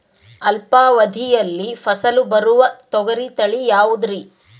ಅಲ್ಪಾವಧಿಯಲ್ಲಿ ಫಸಲು ಬರುವ ತೊಗರಿ ತಳಿ ಯಾವುದುರಿ?